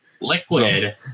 Liquid